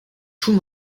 tout